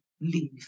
leave